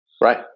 Right